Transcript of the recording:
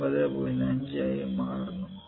5 ആയി മാറുന്നു